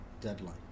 deadline